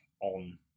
on